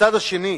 מהצד השני,